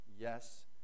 Yes